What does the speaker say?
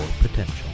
potential